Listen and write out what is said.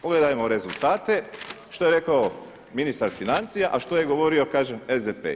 Pogledajmo rezultate što je rekao ministar financija a što je govorio kažem SDP.